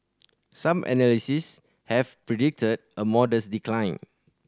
some analysts had predicted a modest decline